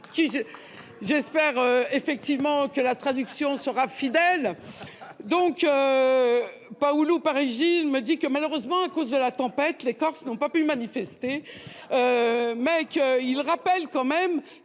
J'espère que la traduction sera fidèle ... Paulu Parigi me dit que, malheureusement, à cause de la tempête, les Corses n'ont pas pu manifester, mais il rappelle qu'ils